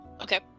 Okay